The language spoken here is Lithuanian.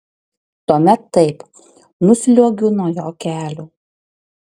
tuomet taip nusliuogiu nuo jo kelių